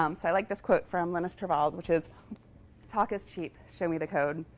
um so i like this quote from linus torvalds, which is talk is cheap. show me the code.